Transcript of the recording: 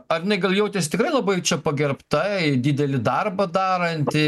ar jinai gal jautėsi tikrai labai čia pagerbta į didelį darbą daranti